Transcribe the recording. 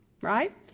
right